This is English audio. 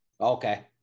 okay